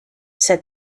said